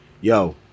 Yo